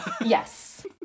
Yes